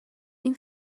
این